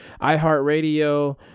iHeartRadio